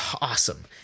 awesome